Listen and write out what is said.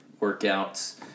workouts